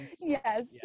Yes